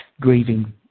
grieving